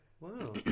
Wow